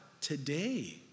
today